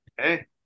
Hey